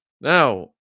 Now